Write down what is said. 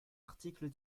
article